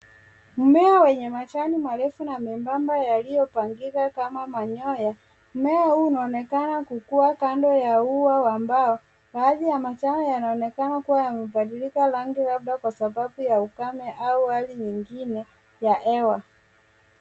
Mmea wenye majani marefu na membamba yaliyo pangika kama manyoya. Mmea huu unaonekana kuwa akando ya ua ambao baadhi ya mazao yanaonekana kuwa yamebadilika rangi yake kwa sababu ya ukame au hali nyingine ya hewa.